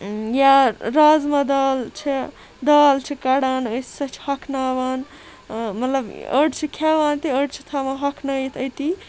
یا رازمہ دال دال چھِ کَڑان أسۍ سۄ چھِ ہۄکھناوان مَطلَب أڈۍ چھِ کھیٚوان تہٕ أڈۍ چھِ تھاوان ہۄکھنٲیِتھ أتی